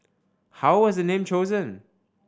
how was the name chosen